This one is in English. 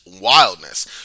wildness